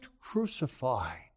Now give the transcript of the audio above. crucified